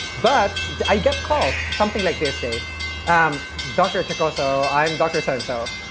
but then i get calls. something like this dave um doctor achacoso, i'm dr. so and so.